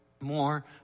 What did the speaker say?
more